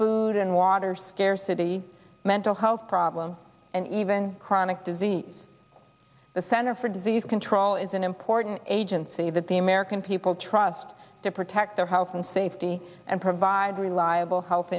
food and water scarcity mental health problems and even chronic disease the center for disease control is an important agency that the american people trust to protect their health and safety and provide reliable health